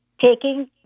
taking